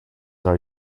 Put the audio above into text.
are